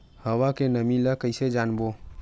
हवा के नमी ल कइसे जानबो?